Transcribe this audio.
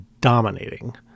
dominating